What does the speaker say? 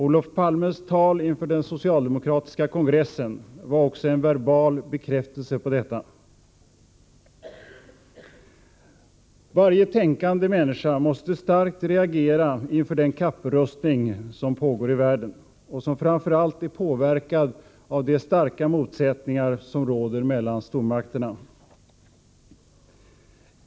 Olof Palmes tal inför den socialdemokratiska kongressen var också en verbal bekräftelse på detta. Varje tänkande människa måste starkt reagera inför den kapprustning som pågår i världen, och som framför allt är påverkad av de starka motsättningar som råder mellan stormakterna.